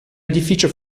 edificio